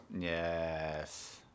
Yes